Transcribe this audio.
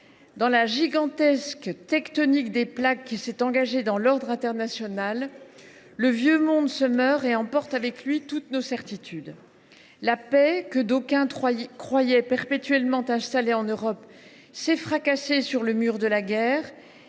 Dans la gigantesque tectonique des plaques qui s’est engagée dans l’ordre international, le vieux monde se meurt et emporte avec lui toutes nos certitudes : la paix, que d’aucuns croyaient perpétuellement installée en Europe, s’est fracassée sur le mur de la guerre